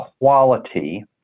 quality